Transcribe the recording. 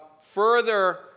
further